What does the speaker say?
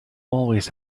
always